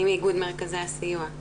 אני מאיגוד מרכזי הסיוע.